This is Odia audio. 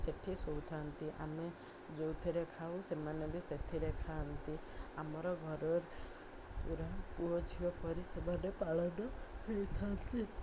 ସେଠି ଶୋଇଥାନ୍ତି ଆମେ ଯେଉଁଥିରେ ଖାଉ ସେମାନେ ବି ସେଥିରେ ଖାଆନ୍ତି ଆମର ଘର ପୁରା ପୁଅ ଝିଅ ପରି ସେମାନେ ପାଳନ ହେଇଥାନ୍ତି